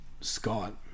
Scott